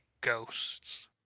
ghosts